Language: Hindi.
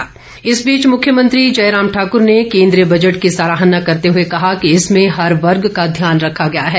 प्रतिक्रिया भाजपा इस बीच मुख्यमंत्री जयराम ठाकुर ने कोन्द्रीय बजट की सराहना करते हुए कहा कि इसमें हर वर्ग का ध्यान रखा गया है